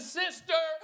sister